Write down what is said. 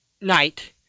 night